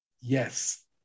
Yes